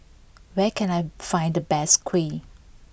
where can I find the best Kuih